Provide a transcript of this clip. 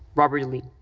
robert e. lee,